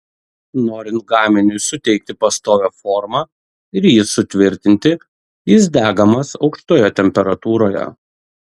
norint gaminiui suteikti pastovią formą ir jį sutvirtinti jis degamas aukštoje temperatūroje